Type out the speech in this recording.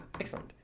Excellent